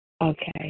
Okay